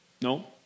no